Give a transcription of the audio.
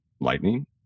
Lightning